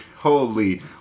Holy